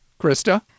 Krista